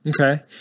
Okay